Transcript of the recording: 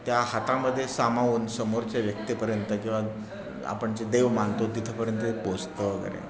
त्या हातामध्ये सामावून समोरच्या व्यक्तीपर्यंत किंवा आपण जे देव मानतो तिथंपर्यंत ते पोचतं वगैरे